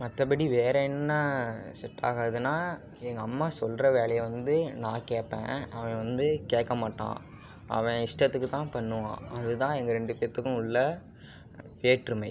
மற்றபடி வேற என்ன செட் ஆகாதுனால் எங்கள் அம்மா சொல்கிற வேலையை வந்து நான் கேட்பேன் அவன் வந்து கேட்க மாட்டான் அவன் இஷ்டத்துக்கு தான் பண்ணுவான் அது தான் எங்கள் ரெண்டு பேர்த்துக்கும் உள்ள வேற்றுமை